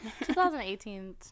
2018